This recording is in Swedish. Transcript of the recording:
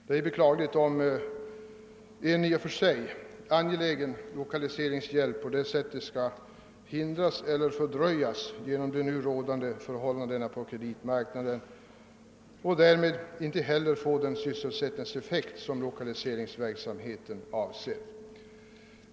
Det är beklagligt om en i och för sig angelägen lokaliseringshjälp på detta sätt skulle hindras eller fördröjas genom nu rådande förhållanden på kreditmarknaden och därmed inte heller få den effekt som lokaliseringsverksamheten syftar till.